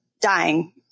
dying